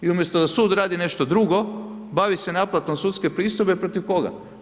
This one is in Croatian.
I umjesto da sud radi nešto drugo bavi se naplatom sudske pristojbe, protiv koga?